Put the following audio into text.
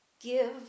give